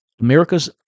America's